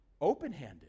open-handed